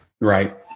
Right